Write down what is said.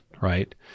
right